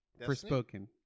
Forspoken